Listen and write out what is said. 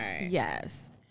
Yes